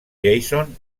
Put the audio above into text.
jason